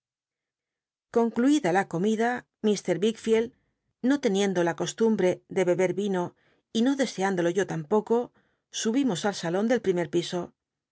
concluida la comida lir wicküeld no teniendo la costumbre de beber l'ino y no deseándolo yo tampoco subimos al salon del primer piso